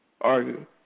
argue